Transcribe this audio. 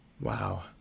Wow